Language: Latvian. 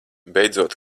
beidzot